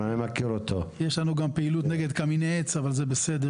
יש לנו פעילות נגד קמיני עץ אבל זה בסדר.